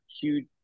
huge